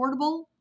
affordable